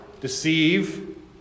deceive